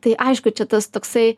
tai aišku čia tas toksai